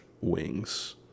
wings